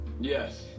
Yes